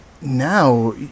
now